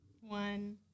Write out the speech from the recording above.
One